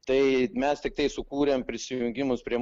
tai mes tiktai sukūrėm prisijungimus prie